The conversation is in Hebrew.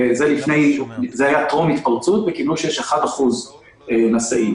זה היה טרום ההתפרצות וגילו שיש 1% נשאים.